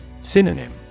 Synonym